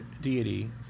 deity